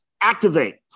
activate